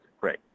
great